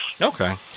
Okay